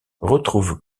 retrouve